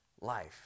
life